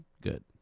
good